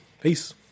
Peace